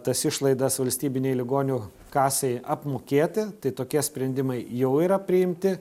tas išlaidas valstybinei ligonių kasai apmokėti tai tokie sprendimai jau yra priimti